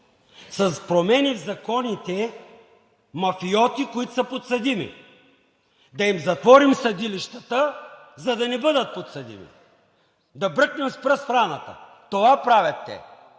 с промени в законите мафиоти, които са подсъдими, да им затворим съдилищата, за да не бъдат подсъдими, да бръкнем с пръст в раната. Това правят те